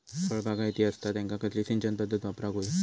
फळबागायती असता त्यांका कसली सिंचन पदधत वापराक होई?